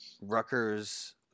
Rutgers